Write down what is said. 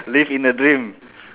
live in the dreams